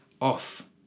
off